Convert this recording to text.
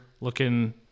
looking